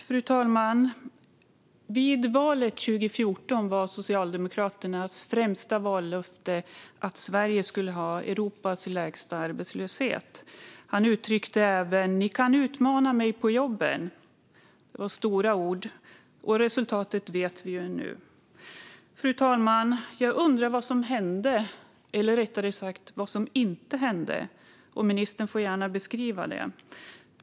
Fru talman! Inför valet 2014 var Socialdemokraternas främsta vallöfte att Sverige skulle ha Europas lägsta arbetslöshet. Man uttryckte även: Ni kan utmana mig på jobben. Det var stora ord, och resultatet vet vi ju nu. Fru talman! Jag undrar vad som hände, eller rättare sagt vad som inte hände, och ministern får gärna beskriva det.